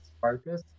focus